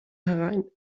herein